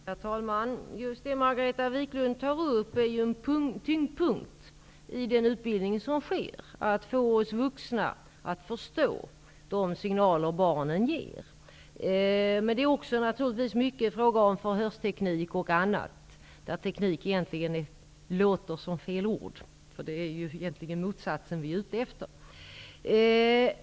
Herr talman! Det Margareta Viklund nu tar upp är en viktig punkt i den utbildning som sker, nämligen att få oss vuxna att förstå de signaler barnen ger. Det är också till stor del fråga om förhörsteknik och annat där teknik egentligen låter som fel ord. Det är ju egentligen motsatsen vi är ute efter.